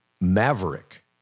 Maverick